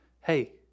Hey